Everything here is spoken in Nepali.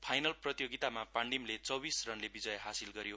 फाइनल प्रतियोगितामा पाण्डीमले उन्नाइस रनले विजय हासिल गर्यो